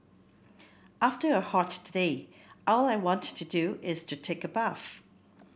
after a hot day all I want to do is to take a bath